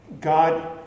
God